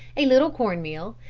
a little corn-meal,